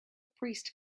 priest